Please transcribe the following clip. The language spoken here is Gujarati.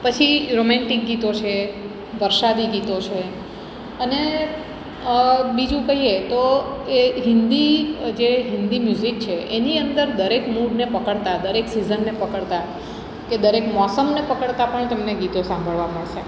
પછી રોમેન્ટિક ગીતો છે વરસાદી ગીતો છે અને બીજું કહીએ તો એ હિન્દી જે હિન્દી મ્યુઝિક છે એની અંદર દરેક મૂડને પકડતાં દરેક સિઝનને પકડતાં કે દરેક મોસમને પકડતાં પણ તમને ગીતો સાંભળવા મળશે